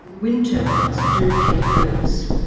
wind turbines do kill birds.